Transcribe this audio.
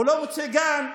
הוא לא מוצא גן,